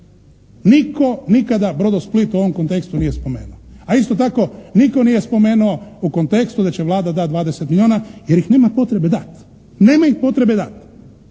Nitko nikada "Brodosplit" u ovom kontekstu nije spomenuo, a isto tako nitko nije spomenuo u kontekstu da će Vlada dati 20 milijuna jer ih nema potrebe dat. Nema ih potrebe dati.